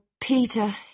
Peter